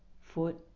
foot